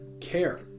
care